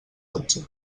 dotze